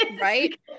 Right